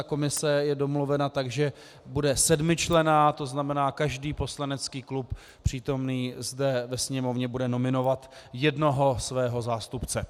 Komise je domluvena tak, že bude sedmičlenná, tzn. každý poslanecký klub přítomný zde ve Sněmovně bude nominovat jednoho svého zástupce.